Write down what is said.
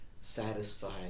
satisfied